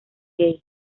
gay